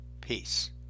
Peace